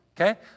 Okay